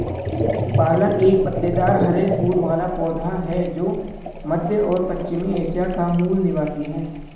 पालक एक पत्तेदार हरे फूल वाला पौधा है जो मध्य और पश्चिमी एशिया का मूल निवासी है